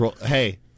Hey